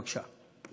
בבקשה,